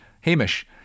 Hamish